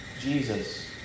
Jesus